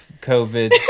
COVID